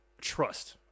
trust